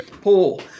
Paul